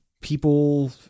people